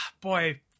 Boy